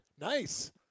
Nice